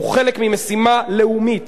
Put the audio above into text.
הוא חלק ממשימה לאומית,